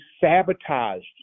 sabotaged